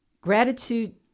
Gratitude